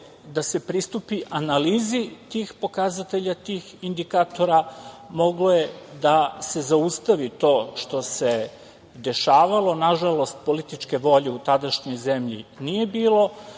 da se pristupi analizi tih pokazatelja, tih indikatora, moglo je da se zaustavi to što se dešavalo. Nažalost, političke volje u tadašnjoj zemlji nije bilo,